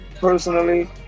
personally